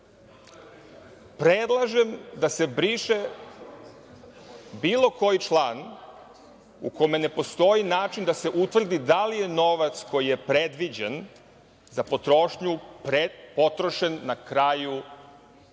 Predlažem da se briše bilo koji član u kome ne postoji način da se utvrdi da li je novac koji je predviđen za potrošnju potrošen na kraju godine.